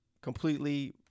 completely